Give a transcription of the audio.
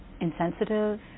insensitive